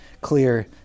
clear